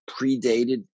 predated